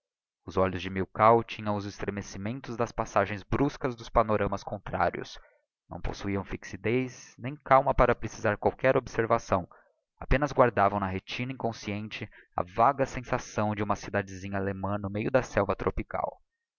os olhos de milkau tinham os estremecimentos das passagens bruscas dos panoramas contrários não possuiam fixidez nem calma para precisar qualquer observação apenas guardavam na retina inconsciente a vaga sensação de uma cidadesinha allemã no meio da selva tropical